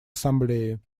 ассамблеи